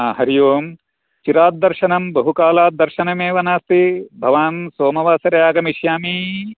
हरि ओं चिराद्दर्शनं बहुकालात् दर्शनमेव नास्ति भवान् सोमवासरे आगमिष्यामि